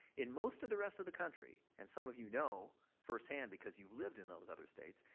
in most of the rest of the country and some of you know first-hand because you've lived in those other states,